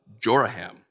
Joraham